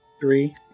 Three